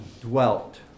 dwelt